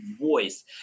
voice